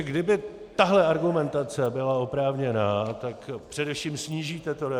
Kdyby tato argumentace byla oprávněná, tak především snížíte DPH.